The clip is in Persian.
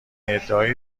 ادعای